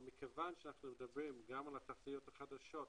אבל מכיוון שאנחנו מדברים על התחזיות החדשות,